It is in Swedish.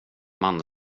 man